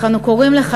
אך אנו קוראים לך,